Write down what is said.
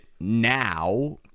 now